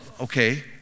okay